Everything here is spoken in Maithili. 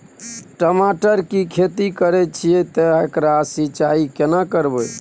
टमाटर की खेती करे छिये ते एकरा सिंचाई केना करबै?